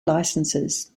licenses